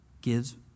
gives